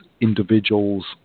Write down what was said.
individuals